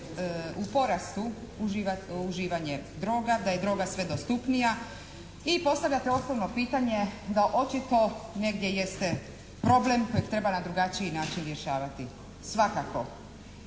u porastu uživanje droga, da je droga sve dostupnija i postavljate osnovno pitanje da očito negdje jeste problem kojeg treba na drugačiji način rješavati. Svakako.